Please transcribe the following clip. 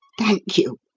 thank you,